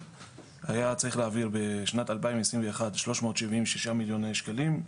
היה צריך להעביר בשנת 2021 שלוש מאות שבעים ושישה מיליון שקלים,